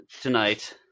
tonight